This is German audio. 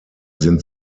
sind